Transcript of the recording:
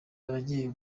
abagiye